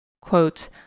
Quote